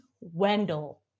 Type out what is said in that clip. Wendell